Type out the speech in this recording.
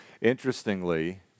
Interestingly